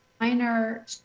minor